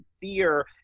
fear